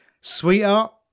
Sweetheart